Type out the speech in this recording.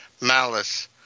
Malice